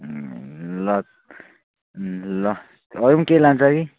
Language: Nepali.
ल ल अरू पनि केही लान्छ कि